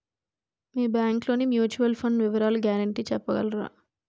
మీ bank లోని mutual fund వివరాల guarantee చెప్పగలరా?